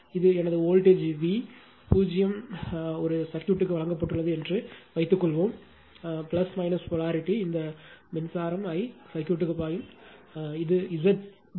இது எனது voltage V 0 ஒரு சர்க்யூட்க்கு வழங்கப்பட்டுள்ளது என்று வைத்துக்கொள்வோம் போலாரிட்டி இந்த I சர்க்யூட்க்கு பாயும் மின்சாரமாக குறிக்கப்படுகிறது